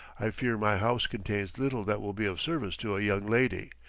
i fear my house contains little that will be of service to a young lady.